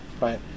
right